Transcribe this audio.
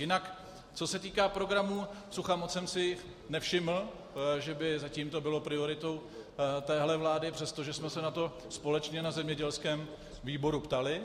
Jinak co se týká programu sucha, moc jsem si nevšiml, že by zatím to bylo prioritou téhle vlády, přestože jsme se na to společně na zemědělském výboru ptali.